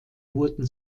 wurden